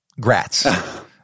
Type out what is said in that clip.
Grats